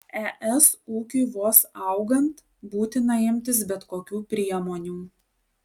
es ūkiui vos augant būtina imtis bet kokių priemonių